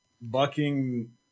bucking